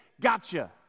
gotcha